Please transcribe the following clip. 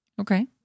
Okay